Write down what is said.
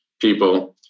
people